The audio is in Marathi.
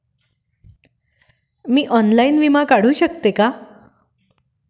मी ऑनलाइन विमा काढू शकते का?